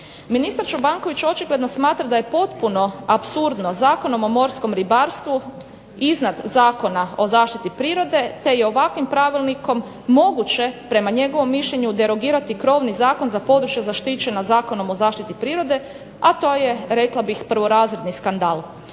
Ministar Čobanković očigledno smatra da je potpuno apsurdno Zakonom o morskom ribarstvu iznad Zakona o zaštiti prirode, te i ovakvim pravilnikom moguće prema njegovom mišljenju derogirati krovni zakon za područja zaštićena Zakonom o zaštiti prirode, a to je rekla bih prvorazredni skandal.